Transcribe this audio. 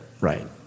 right